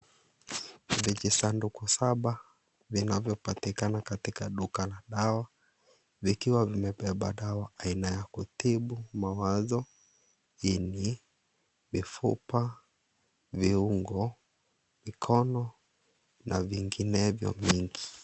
Vijisanduku saba vinavyopatikana katika duka la dawa vikiwa vimebeba dawa aina ya kutibu mawazo, ini, mifupa, viungo, mikono na vinginevyo vingi.